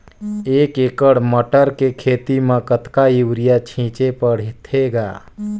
एक एकड़ मटर के खेती म कतका युरिया छीचे पढ़थे ग?